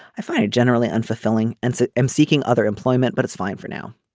i find a generally unfulfilling and so am seeking other employment but it's fine for now.